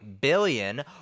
billion